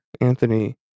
Anthony